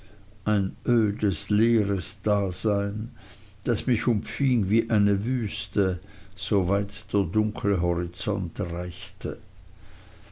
ein ödes leeres dasein das mich umfing wie eine wüste soweit der dunkle horizont reichte